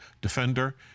defender